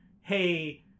hey